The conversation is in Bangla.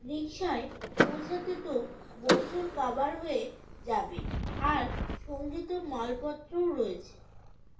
রিক্সায় পৌঁছাতে তো বছর কাবার হয়ে যাবে আর সঙ্গে তো মালপত্রও রয়েছে